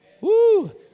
Woo